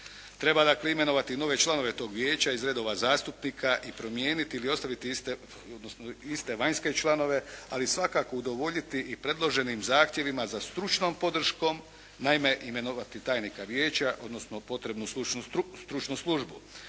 Treba dakle imenovati nove članove vijeća iz redova zastupnika i promijeniti ili ostaviti iste odnosno iste vanjske članove ali svakako udovoljiti i predloženim zahtjevima za stručnom podrškom. Naime, imenovati tajnika vijeća odnosno potrebnu stručnu službu.